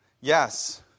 Yes